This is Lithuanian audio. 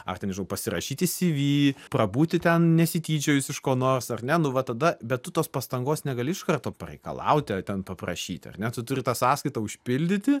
ar ten nežinau pasirašyti cv prabūti ten nesityčiojus iš ko nors ar ne nu va tada bet tu tos pastangos negali iš karto pareikalauti ten paprašyti ar ne tu turi tą sąskaitą užpildyti